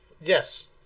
Yes